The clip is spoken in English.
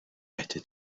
better